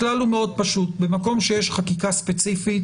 הכלל הוא מאוד פשוט: במקום שיש חקיקה ספציפית,